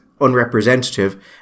unrepresentative